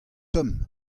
tomm